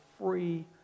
free